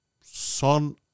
son